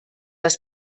das